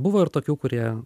buvo ir tokių kurie